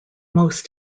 most